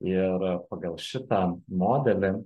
ir pagal šitą modelį